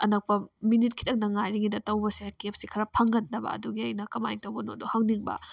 ꯑꯅꯛꯄ ꯃꯤꯅꯤꯠ ꯈꯤꯇꯪꯗꯪ ꯉꯥꯏꯔꯤꯉꯩꯗ ꯇꯧꯕꯁꯦ ꯀꯦꯐꯁꯦ ꯈꯔ ꯐꯪꯒꯟꯗꯕ ꯑꯗꯨꯒꯤ ꯑꯩꯅ ꯀꯃꯥꯏ ꯇꯧꯕꯅꯣꯗꯣ ꯍꯪꯅꯤꯡꯕ